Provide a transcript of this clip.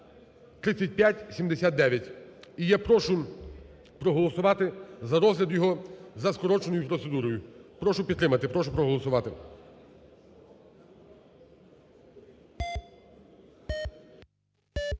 (3579) і я прошу проголосувати за розгляд його за скороченою процедурою. Прошу підтримати, прошу проголосувати.